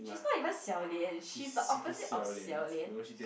she's not even xiao-lian she's the opposite of xiao-lian